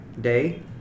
day